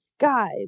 Guys